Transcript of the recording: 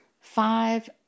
five